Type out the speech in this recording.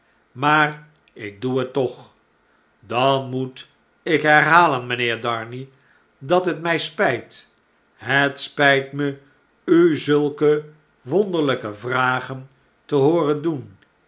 maar ik doe het toch dan moet ik herhalen mijnheer darnay dat het my spjjt het spjjt me u zulke wonderlyke vragen te hooren doen